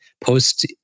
post